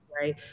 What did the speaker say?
Right